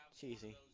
Cheesy